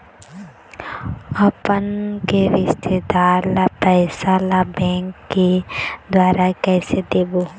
अपन के रिश्तेदार ला पैसा ला बैंक के द्वारा कैसे देबो?